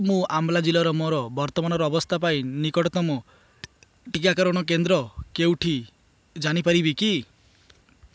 ମୁଁ ଅମ୍ବାଲା ଜିଲ୍ଲାରେ ମୋର ବର୍ତ୍ତମାନର ଅବସ୍ଥାନ ପାଇଁ ନିକଟତମ ଟିକାକରଣ କେନ୍ଦ୍ର କେଉଁଟି ଜାଣିପାରିବି କି